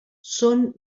són